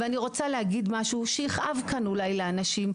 ואני רוצה להגיד משהו שיכאב כאן אולי לאנשים,